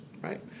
right